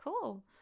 cool